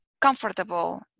comfortable